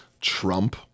trump